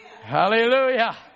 Hallelujah